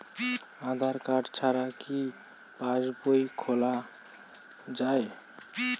আধার card ছাড়া কি পাসবই খোলা যায়?